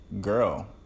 girl